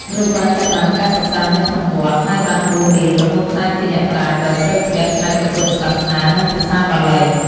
លោកបានចាប់ផ្ដើមការសិក្សានៅក្នុងវត្ត ហើយបានបួសរៀនរហូតក្លាយជាអ្នកប្រាជ្ញដ៏ជ្រៅជ្រះផ្នែកព្រះពុទ្ធសាសនា និងភាសាបាលី។